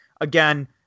again